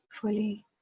fully